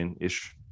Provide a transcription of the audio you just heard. ish